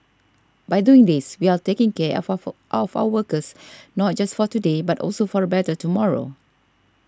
by doing these we are taking care of of of our workers not just for today but also for a better tomorrow